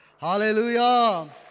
Hallelujah